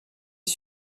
les